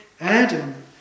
Adam